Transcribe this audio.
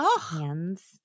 hands